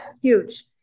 huge